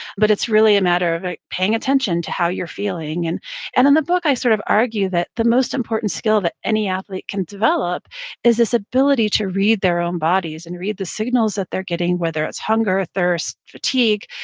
but it's really a matter of paying attention to how you're feeling and and in the book, i sort of argue that the most important skill that any athlete can develop is this ability to read their own bodies and read the signals that they're getting, whether it's hunger, thirst, fatigue,